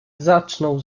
zaczną